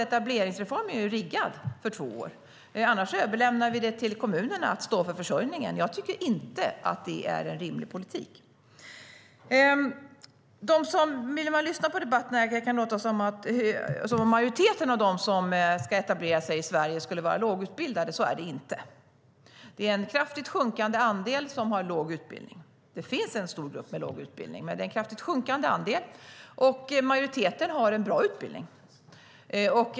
Etableringsreformen är riggad för två år, annars överlämnar vi till kommunerna att stå för försörjningen. Jag tycker inte att det är en rimlig politik. När man lyssnar på debatten kan det låta som om majoriteten av dem som ska etablera sig i Sverige vore lågutbildade. Så är det inte. Det är en kraftigt sjunkande andel som har låg utbildning. Det finns en stor grupp med låg utbildning, men andelen är kraftigt sjunkande. Majoriteten har en bra utbildning.